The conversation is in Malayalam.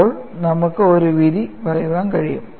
അപ്പോൾ നമുക്ക് ഒരു വിധി പറയാൻ കഴിയും